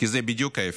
שזה בדיוק ההפך,